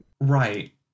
Right